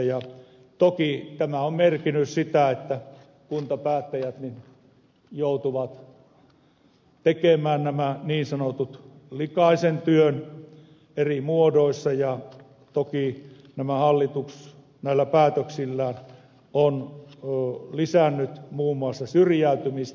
toki tämä on merkinnyt sitä että kuntapäättäjät joutuvat tekemään tämän niin sanotun likaisen työn eri muodoissa ja toki tämä hallitus näillä päätöksillään on lisännyt muun muassa syrjäytymistä